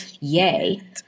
yay